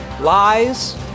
Lies